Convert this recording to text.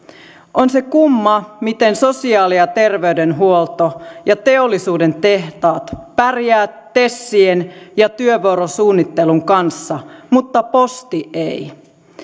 on se kumma miten sosiaali ja terveydenhuolto ja teollisuuden tehtaat pärjäävät tesien ja työvuorosuunnittelun kanssa mutta posti ei